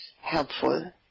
helpful